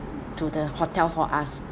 to the hotel for us